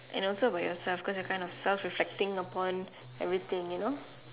and also about yourself cause your kind of self reflecting upon everything you know